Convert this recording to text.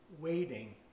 waiting